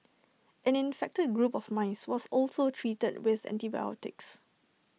an infected group of mice was also treated with antibodies